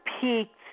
peaked